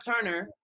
turner